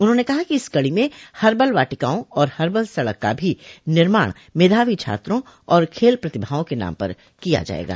उन्होंने कहा कि इस कड़ी में हर्बल वाटिकाओं और हर्बल सड़क का भी निर्माण मेधावी छात्रों और खेल प्रतिभाओं के नाम पर किया जायेगा